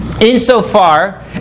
Insofar